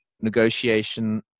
negotiation